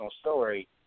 story